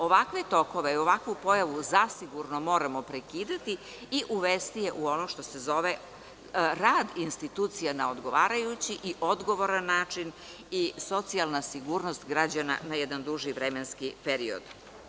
Ovakve tokove i ovakvu pojavu zasigurno moramo prekidati i uvesti je u ono što se zove rad institucija na odgovarajući i odgovoran način i socijalna sigurnost građana na jedan duži vremenski period.